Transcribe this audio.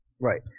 Right